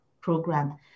Program